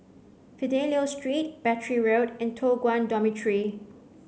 Fidelio Street Battery Road and Toh Guan Dormitory